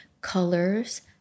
colors